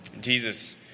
Jesus